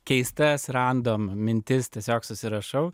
keistas random mintis tiesiog susirašau